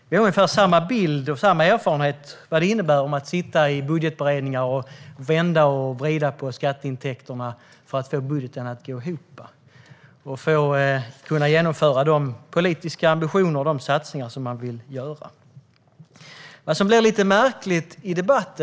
Vi har ungefär samma bild och samma erfarenhet av vad det innebär att sitta i budgetberedningar och vända och vrida på skatteintäkterna för att få budgeten att gå ihop och kunna genomföra de politiska ambitioner man har och de satsningar man vill göra.